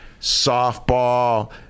softball